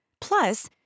Plus